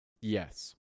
yes